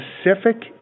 specific